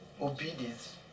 Obedience